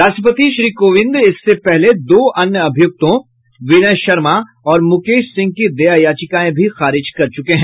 राष्ट्रपति श्री कोविंद इससे पहले दो अन्य अभियुक्तों विनय शर्मा और मुकेश सिंह की दया याचिकाएं भी खारिज कर चुके हैं